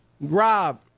Rob